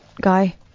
guy